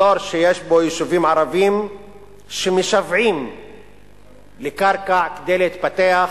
אזור שיש בו יישובים ערביים שמשוועים לקרקע כדי להתפתח,